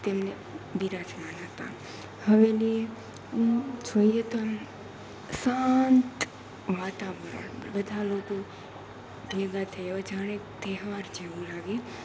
તેમને બિરાજમાન હતા હવેલીએ આમ જોઈએ તો આમ શાંત વાતાવરણ બધા લોકો ભેગાં થયા હોય જાણે તહેવાર જેવું લાગે